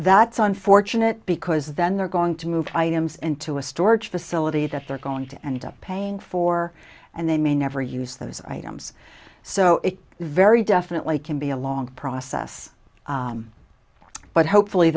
that's unfortunate because then they're going to move items into a storage facility that they're going to end up paying for and they may never use those items so it very definitely can be a long process but hopefully